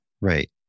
Right